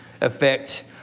effect